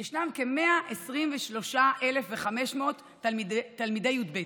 ישנם כ-123,500 תלמידי י"ב.